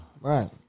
Right